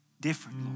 different